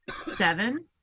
seven